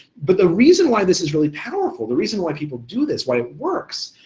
but the reason why this is really powerful, the reason why people do this, why it works,